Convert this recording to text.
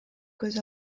көз